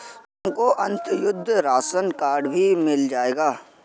तुमको Antyodaya ration card भी मिल जाएगा